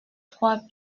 trois